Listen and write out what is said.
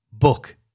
book